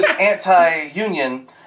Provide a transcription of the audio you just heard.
Anti-union